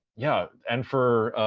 yeah and for